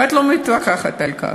ואת לא מתווכחת על כך.